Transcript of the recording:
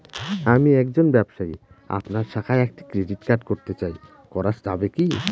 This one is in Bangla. আমি একজন ব্যবসায়ী আপনার শাখায় একটি ক্রেডিট কার্ড করতে চাই করা যাবে কি?